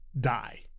die